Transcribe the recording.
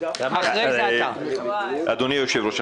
אדוני היושב-ראש,